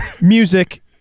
Music